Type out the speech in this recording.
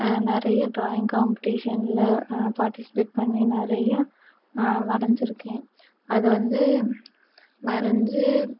நிறைய ட்ராயிங் காம்பெடிஷனில் பார்ட்டிசிபேட் பண்ணி நிறையா வரைஞ்சிருக்கேன் அது வந்து வரைஞ்சி